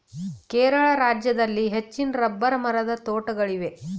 ಕೇರಳ ರಾಜ್ಯದಲ್ಲಿ ಹೆಚ್ಚಿನ ರಬ್ಬರ್ ಮರದ ತೋಟಗಳಿವೆ